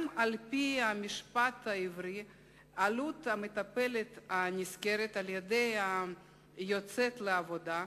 גם על-פי המשפט העברי עלות מטפלת הנשכרת על-ידי היוצאת לעבודה,